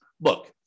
look